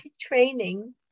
training